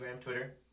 Twitter